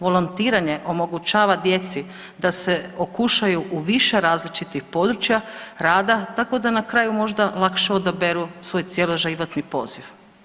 Volontiranje omogućava djeci da se okušaju u više različitih područja rada tako da na kraju možda lakše odaberu svoj cjeloživotni poziv.